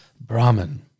Brahman